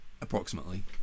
approximately